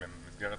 הוא יתייחס.